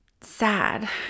sad